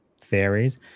theories